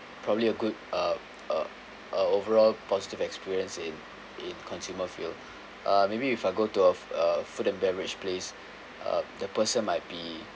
probably a good uh uh uh overall positive experience in in consumer field uh maybe if I go to have a uh food and beverage place uh the person might be